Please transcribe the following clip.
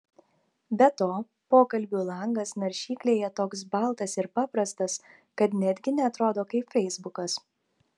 be to pokalbių langas naršyklėje toks baltas ir paprastas kad netgi neatrodo kaip feisbukas